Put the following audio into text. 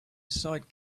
aside